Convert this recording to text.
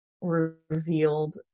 revealed